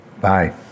bye